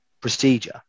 procedure